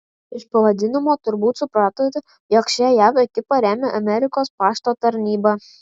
iš pavadinimo turbūt supratote jog šią jav ekipą remia amerikos pašto tarnyba